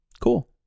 Cool